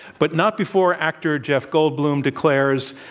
but not before actor jeff goldblum declares,